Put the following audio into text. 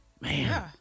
Man